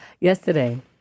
Yesterday